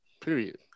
period